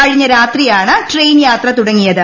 കഴിഞ്ഞ രാത്രിയാണ് ട്രെയിൻ യാത്ര രൂട്ട്ടിയത്